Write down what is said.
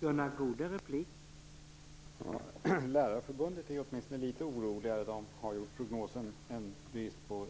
Herr talman! Inom Lärarförbundet är man åtminstone litet orolig. Enligt prognosen råder det brist på